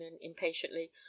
impatiently